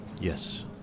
Yes